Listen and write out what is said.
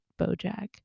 Bojack